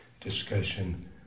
discussion